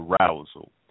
arousal